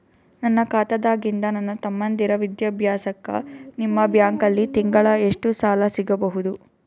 ನನ್ನ ಖಾತಾದಾಗಿಂದ ನನ್ನ ತಮ್ಮಂದಿರ ವಿದ್ಯಾಭ್ಯಾಸಕ್ಕ ನಿಮ್ಮ ಬ್ಯಾಂಕಲ್ಲಿ ತಿಂಗಳ ಎಷ್ಟು ಸಾಲ ಸಿಗಬಹುದು?